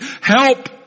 Help